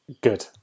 Good